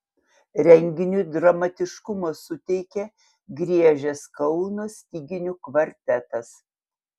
renginiui dramatiškumo suteikė griežęs kauno styginių kvartetas